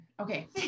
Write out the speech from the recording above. Okay